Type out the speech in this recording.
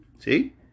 see